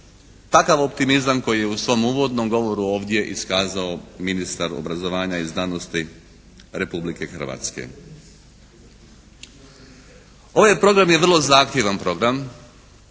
takav optimizam koji je u svom uvodnom govoru ovdje iskazao ministar obrazovanja i znanosti Republike Hrvatske. Ovaj program je vrlo zahtjevan program.